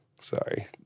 Sorry